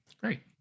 Great